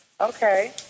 Okay